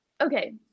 Okay